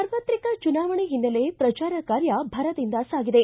ಸಾರ್ವತ್ರಿಕ ಚುನಾವಣೆ ಹಿನ್ನೆಲೆ ಪ್ರಚಾರ ಕಾರ್ಯ ಭರದಿಂದ ಸಾಗಿದೆ